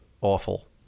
awful